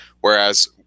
Whereas